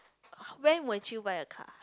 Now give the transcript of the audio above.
when would you buy a car